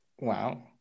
Wow